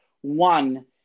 one